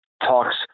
talks